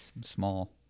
Small